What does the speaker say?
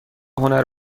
هنر